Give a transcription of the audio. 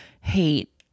hate